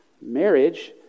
Marriage